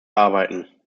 erarbeiten